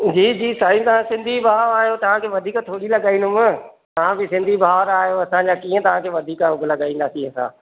जी जी साईं तव्हां सिंधी भाउ आयो तव्हांखे वधीक थोरी लॻाईंदुमि तव्हां बि सिंधी भाउर आयो असांजा कीअं तव्हांखे वधीक अघु लॻाईंदासीं असां